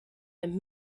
and